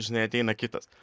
žinai ateina kitas